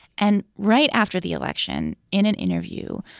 and right after the election, in an interview,